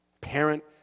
parent